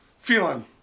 feeling